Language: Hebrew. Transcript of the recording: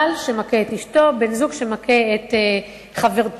בעל שמכה את אשתו, בן-זוג שמכה את חברתו.